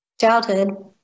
childhood